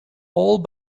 all